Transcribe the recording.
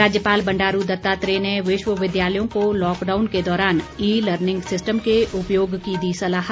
राज्यपाल बंडारू दत्तात्रेय ने विश्वविद्यालयों को लॉकडाउन के दौरान ई लर्निंग सिस्टम के उपयोग की दी सलाह